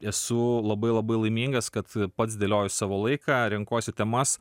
esu labai labai laimingas kad pats dėlioju savo laiką renkuosi temas